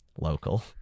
Local